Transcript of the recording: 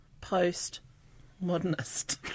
Post-Modernist